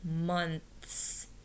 months